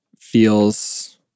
feels